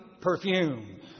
perfume